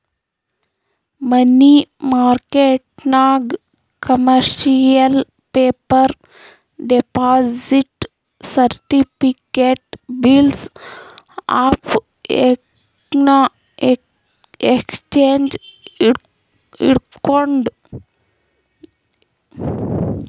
ಮನಿ ಮಾರ್ಕೆಟ್ನಾಗ್ commercial paper, deposit certificate, bills of exchange ಇಡ್ಬೋದ್